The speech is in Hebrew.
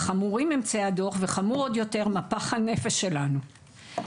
וחמור עוד יותר מפח הנפש שלנו.